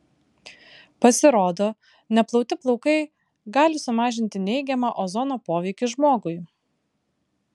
pasirodo neplauti plaukai gali sumažinti neigiamą ozono poveikį žmogui